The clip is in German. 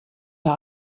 der